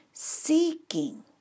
Seeking